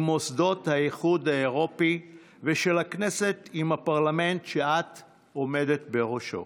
מוסדות האיחוד האירופי ושל הכנסת עם הפרלמנט שאת עומדת בראשו.